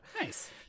Nice